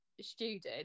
student